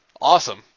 Awesome